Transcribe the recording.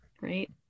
right